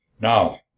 now